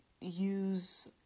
use